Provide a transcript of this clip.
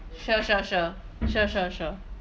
sure sure sure sure sure sure